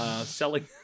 Selling